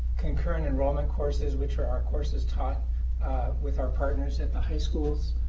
concurrent enrollment courses, which are our courses taught with our partners at the high schools,